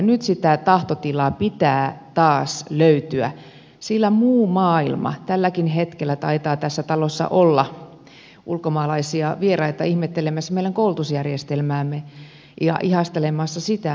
nyt sitä tahtotilaa pitää taas löytyä sillä tälläkin hetkellä taitaa tässä talossa olla ulkomaalaisia vieraita ihmettelemässä meidän koulutusjärjestelmäämme ja ihastelemassa sitä